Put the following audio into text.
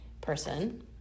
person